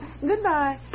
Goodbye